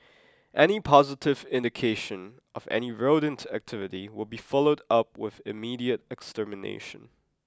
any positive indication of any rodent activity will be followed up with immediate extermination